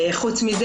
חוץ מזה,